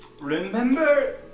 Remember